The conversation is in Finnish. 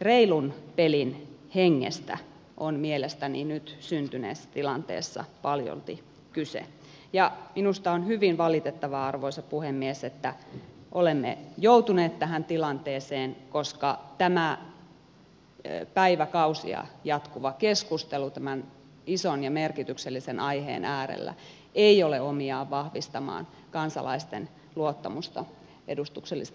reilun pelin hengestä on mielestäni nyt syntyneessä tilanteessa paljolti kyse ja minusta on hyvin valitettavaa arvoisa puhemies että olemme joutuneet tähän tilanteeseen koska tämä päiväkausia jatkuva keskustelu tämän ison ja merkityksellisen aiheen äärellä ei ole omiaan vahvistamaan kansalaisten luottamusta edustuksellista demokratiaa kohtaan